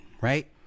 right